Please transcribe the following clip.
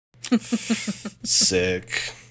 Sick